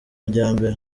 myambaro